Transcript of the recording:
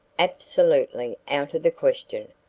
absolutely out of the question.